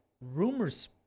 Rumors